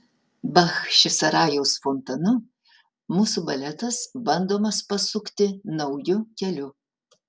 bachčisarajaus fontanu mūsų baletas bandomas pasukti nauju keliu